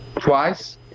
twice